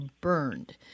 burned